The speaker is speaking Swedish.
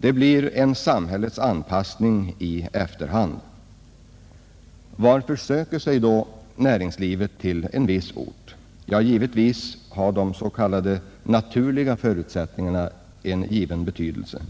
Det blir en samhällets anpassning i efterhand. Varför söker sig då näringslivet till en viss ort? Ja, givetvis har de s.k. naturliga förutsättningarna en given betydelse,